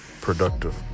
productive